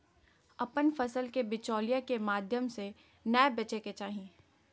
अपन फसल के बिचौलिया के माध्यम से नै बेचय के चाही